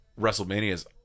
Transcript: WrestleMania's